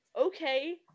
okay